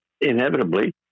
inevitably